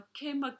came